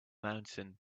mountain